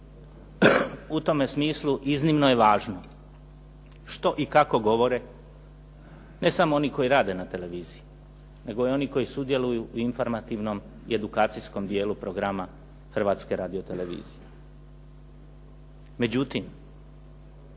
U tome smislu iznimno je važno što i kako govore ne samo oni koji rade na televiziji nego i oni koji sudjeluju u informativnom i edukacijskom dijelu programa Hrvatske radiotelevizije. Međutim,